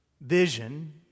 vision